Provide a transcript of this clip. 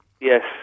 Yes